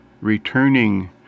returning